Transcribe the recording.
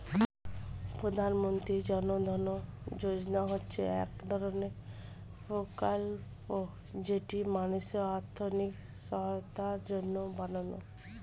প্রধানমন্ত্রী জন ধন যোজনা হচ্ছে এক ধরণের প্রকল্প যেটি মানুষের আর্থিক সহায়তার জন্য বানানো